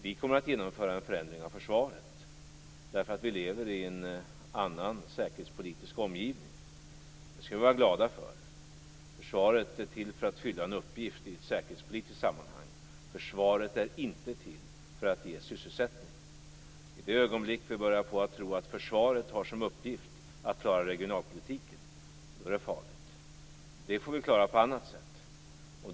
Vi kommer att genomföra en förändring av försvaret därför att vi lever i en annan säkerhetspolitisk omgivning. Det skall vi vara glada för. Försvaret är till för att fylla en uppgift i ett säkerhetspolitiskt sammanhang. Försvaret är inte till för att ge sysselsättning. Det blir farligt det ögonblick vi börjar tro att försvaret har som uppgift att klara regionalpolitiken. Det får vi klara på annat sätt.